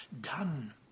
done